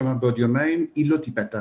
כלומר בעוד יומיים היא לא תיפתח